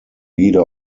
leader